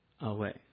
away